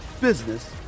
business